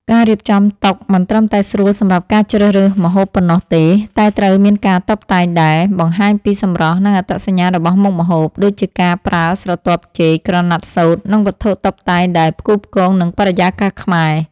ការរៀបចំតុមិនត្រឹមតែស្រួលសម្រាប់ការជ្រើសរើសម្ហូបប៉ុណ្ណោះទេ តែត្រូវមានការតុបតែងដែល បង្ហាញពីសម្រស់ និងអត្តសញ្ញាណរបស់មុខម្ហូប ដូចជាការប្រើស្រទាប់ចេក ក្រណាត់សូត្រ និងវត្ថុតុបតែងដែលផ្គូផ្គងនឹងបរិយាកាសខ្មែរ។